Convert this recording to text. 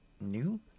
new